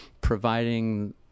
providing